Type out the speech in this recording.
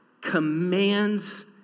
commands